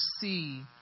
see